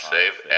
Save